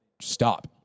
stop